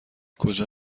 کجا